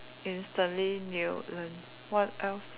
instantly new learn what else